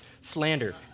Slander